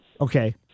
Okay